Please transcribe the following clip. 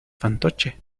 fantoche